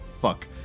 fuck